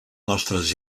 nostres